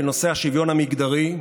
בנושא השוויון המגדרי.